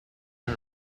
run